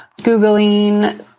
Googling